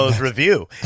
review